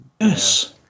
yes